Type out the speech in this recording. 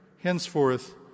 Henceforth